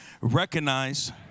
recognize